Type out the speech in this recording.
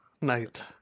night